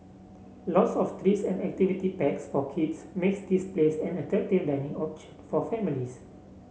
lots of treats and activity packs for kids makes this place an attractive dining option for families